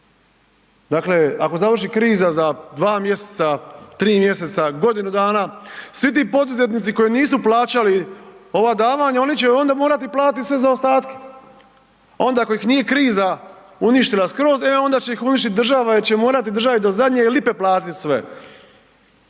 Dakle, ako završi kriza za 2 mjeseca, 3 mjeseca, godinu dana svi ti poduzetnici koji nisu plaćali ova davanja oni će onda morati platiti sve zaostatke, a onda ako ih nije kriza uništila skroz, e onda će ih uništiti država jer će morati državi do zadnje lipe platiti sve.